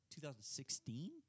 2016